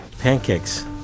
Pancakes